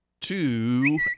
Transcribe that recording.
two